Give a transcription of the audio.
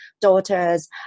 daughters